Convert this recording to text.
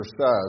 says